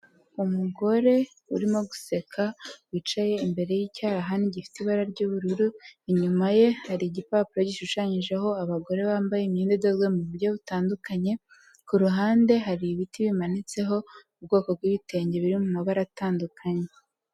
Umugore urimo guseka, wicaye imbere y'icyarahani gifite ibara ry'ubururu. Inyuma ye hari igipapuro gishushanyijeho abagore bambaye imyenda idoze mu buryo butandukanye. Kuruhande hari ibiti bimanitseho ubwoko bwibitenge biri mu mabara atandukanye.